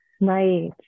Right